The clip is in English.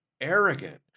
arrogant